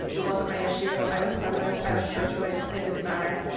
it wasn't my issue. i was a feminist. i was pro-choice. it didn't matter.